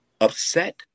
upset